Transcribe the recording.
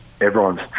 everyone's